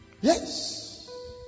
yes